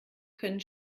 können